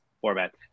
format